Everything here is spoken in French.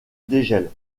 dégel